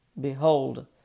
behold